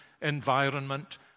environment